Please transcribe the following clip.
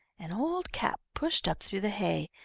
an old cap pushed up through the hay.